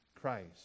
Christ